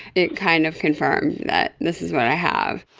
it kind of confirmed that this is what i have.